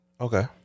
okay